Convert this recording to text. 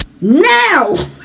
now